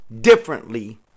Differently